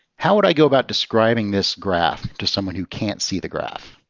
how would i go about describing this graph to someone who can't see the graph?